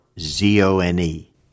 Z-O-N-E